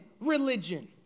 religion